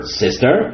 sister